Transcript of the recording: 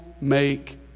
make